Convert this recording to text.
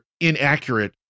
inaccurate